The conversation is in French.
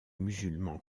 musulman